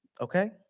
Okay